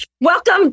Welcome